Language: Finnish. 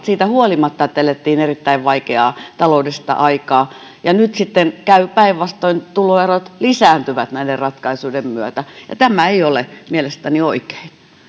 siitä huolimatta että elettiin erittäin vaikeaa taloudellista aikaa nyt sitten käy päinvastoin tuloerot lisääntyvät näiden ratkaisujen myötä tämä ei ole mielestäni oikein